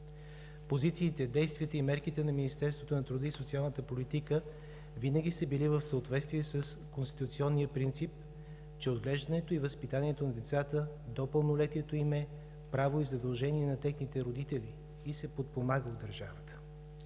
Позициите, действията и мерките на Министерството на труда и социалната политика винаги са били в съответствие с конституционния принцип, че отглеждането и възпитанието на децата до пълнолетието им е право и задължение на техните родители и се подпомага от държавата.